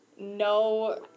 no